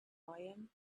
fayoum